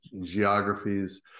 geographies